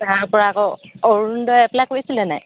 তাৰপৰা আকৌ অৰুণোদয় এপ্লাই কৰিছিলেনে